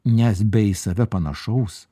nes be į save panašaus